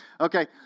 Okay